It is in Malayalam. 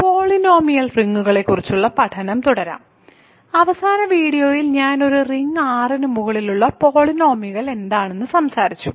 പോളിനോമിയൽ റിംഗുകളെക്കുറിച്ചുള്ള പഠനം തുടരാം അവസാന വീഡിയോയിൽ ഞാൻ ഒരു റിങ് R ന് മുകളിലുള്ള പോളിനോമിയലുകൾ എന്താണെന്ന് സംസാരിച്ചു